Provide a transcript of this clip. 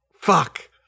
Fuck